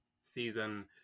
season